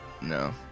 No